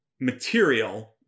material